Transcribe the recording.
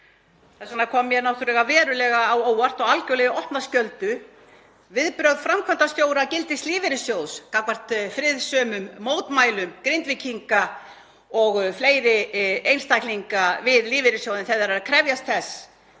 Þess vegna kom mér verulega á óvart og algerlega í opna skjöldu viðbrögð framkvæmdastjóra Gildis – lífeyrissjóðs gagnvart friðsömum mótmælum Grindvíkinga og fleiri einstaklinga við lífeyrissjóðinn þegar þeir voru að krefjast þess